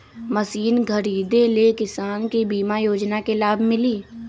Machine खरीदे ले किसान के बीमा योजना के लाभ मिली?